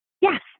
yes